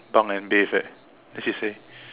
bunk and bathe eh then she say